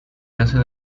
hace